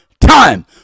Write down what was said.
time